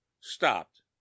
stopped